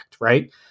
right